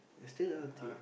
still healthy